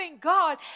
God